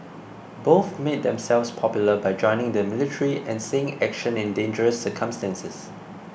both made themselves popular by joining the military and seeing action in dangerous circumstances